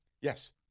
Yes